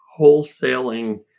wholesaling